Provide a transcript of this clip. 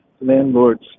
landlords